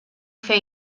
fer